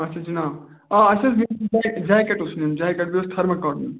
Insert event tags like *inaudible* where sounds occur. اَچھا جناب آ اَسہِ اوس *unintelligible* جٮ۪کٮ۪ٹ اوس نیُن جٮ۪کٮ۪ٹ بیٚیہِ اوس تھٔرمَہ کاٹ نیُن